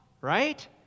Right